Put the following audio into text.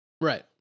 Right